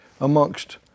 amongst